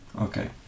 okay